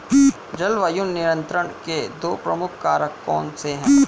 जलवायु नियंत्रण के दो प्रमुख कारक कौन से हैं?